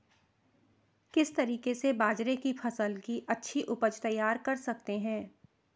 किस तरीके से बाजरे की फसल की अच्छी उपज तैयार कर सकते हैं?